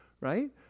right